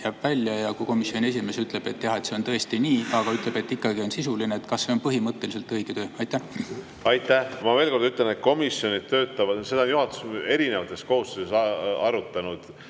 jääb välja, ja kui komisjoni esimees ütleb, et jah, see on tõesti nii, aga ütleb, et ikkagi on sisuline, kas see on põhimõtteliselt õige töö? Aitäh! Ma veel kord ütlen, et komisjonid töötavad … Komisjonide töökorda on juhatus erinevates koosseisudes arutanud